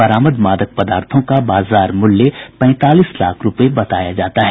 बरामद मादक पदार्थ का बाजार मूल्य पैंतालीस लाख रूपया बताया जाता है